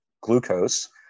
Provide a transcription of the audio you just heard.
glucose